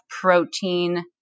protein